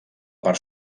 part